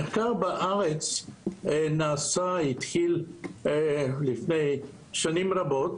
המחקר בארץ התחיל לפני שנים רבות.